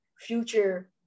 future